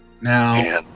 Now